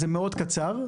זה מאוד קצר.